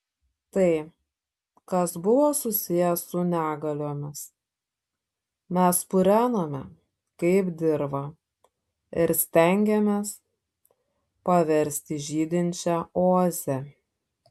tai kas buvo susiję su negaliomis mes purenome kaip dirvą ir stengėmės paversti žydinčia oaze